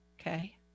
okay